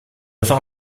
phare